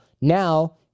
Now